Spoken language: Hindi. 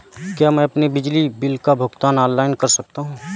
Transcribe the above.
क्या मैं अपने बिजली बिल का भुगतान ऑनलाइन कर सकता हूँ?